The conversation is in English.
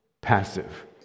passive